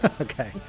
Okay